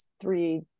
three